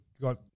got